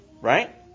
right